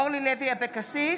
אורלי לוי אבקסיס,